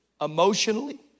emotionally